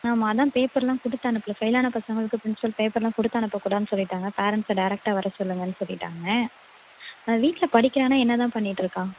நாம் அதுதான் பேப்பரெலாம் கொடுத்தனுப்புல ஃபெயிலான பசங்களுக்கு ப்ரின்ஸ்பல் பேப்பரெலாம் கொடுத்தனுப்ப கூடாதுன்னு சொல்லிவிட்டாங்க பேரன்ட்ஸை டேரக்ட்டாக வர சொல்லுங்கன்னு சொல்லிவிட்டாங்க அவன் வீட்டில் படிக்கிறானா என்ன தான் பண்ணிகிட்ருக்கான்